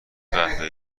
قهوه